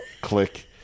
Click